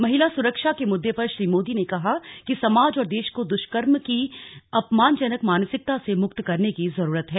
महिला सुरक्षा के मुद्दे पर श्री मोदी ने कहा कि समाज और देश को द्ष्कर्म की अपमानजनक मानसिकता से मुक्त करने की जरूरत है